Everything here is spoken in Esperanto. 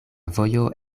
vojo